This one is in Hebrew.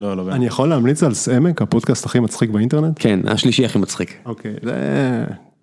אני יכול להמליץ על סאמק הפודקאסט הכי מצחיק באינטרנט כן השלישי הכי מצחיק.